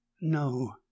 No